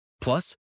Plus